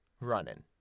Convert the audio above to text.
running